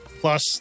plus